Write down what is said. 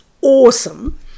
awesome